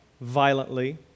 violently